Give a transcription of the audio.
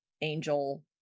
angel